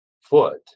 foot